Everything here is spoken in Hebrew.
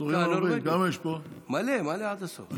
מלא, מלא עד הסוף.